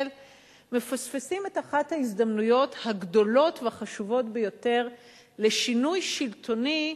מפספסים את אחת ההזדמנויות הגדולות והחשובות ביותר לשינוי שלטוני,